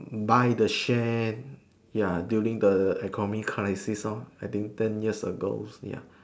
buy the share ya building the economy crisis I think ten years ago